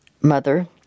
mother